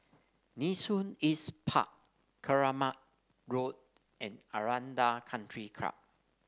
Nee Soon East Park Keramat Road and Aranda Country Club